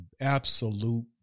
absolute